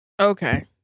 Okay